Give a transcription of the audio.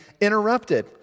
interrupted